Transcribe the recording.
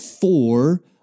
four